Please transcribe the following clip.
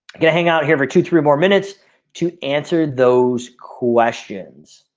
get hang out here for two three or more minutes to answer those questions.